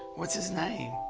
what's its name?